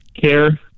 care